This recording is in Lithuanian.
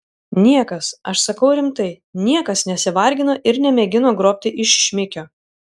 niekas aš sakau rimtai niekas nesivargino ir nemėgino grobti iš šmikio